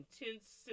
intense